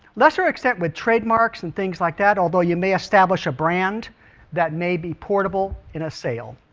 lessor except with trademarks and things like that although you may establish a brand that may be portable in a sale